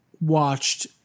watched